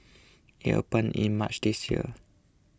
it opened in March this year